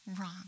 wrong